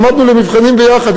למדנו למבחנים ביחד,